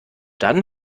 dann